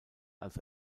als